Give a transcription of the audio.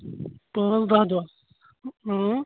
پانٛژھ دہ دۄہ